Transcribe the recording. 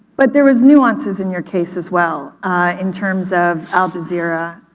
but there was nuances in your case as well in terms of al jazeera,